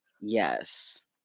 yes